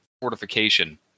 fortification